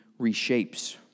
reshapes